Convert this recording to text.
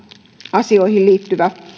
asioihin liittyvä